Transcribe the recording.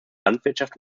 landwirtschaft